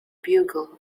bugle